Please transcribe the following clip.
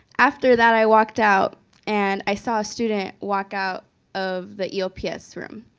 after that, i walked out and i saw a student walk out of the eops room.